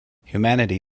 humanity